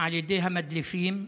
של המדליפים,